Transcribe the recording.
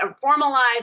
formalized